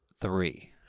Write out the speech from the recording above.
three